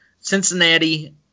Cincinnati